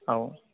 औ